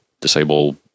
disable